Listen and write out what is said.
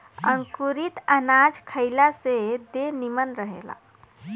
अंकुरित अनाज खइला से देह निमन रहेला